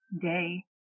day